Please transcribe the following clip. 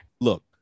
Look